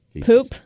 Poop